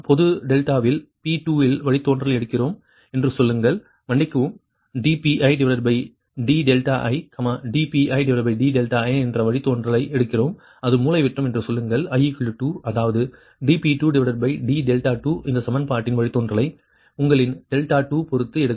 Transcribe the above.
பொது டெல்டாவில் P2 இல் வழித்தோன்றல் எடுக்கிறோம் என்று சொல்லுங்கள் மன்னிக்கவும் dPidi dPidi என்று வழித்தோன்றல் எடுக்கிறோம் அது மூலைவிட்டம் என்று சொல்லுங்கள் i2 அதாவது dP2d2 இந்த சமன்பாட்டின் வழித்தோன்றலை உங்களின் 2 பொறுத்து எடுக்கவும்